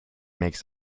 makes